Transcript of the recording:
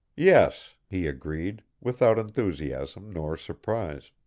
yes, he agreed, without enthusiasm nor surprise.